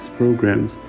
programs